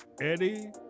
Eddie